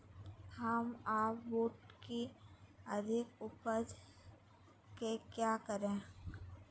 हम अपन बूट की अधिक उपज के क्या करे?